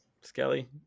Skelly